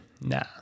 nah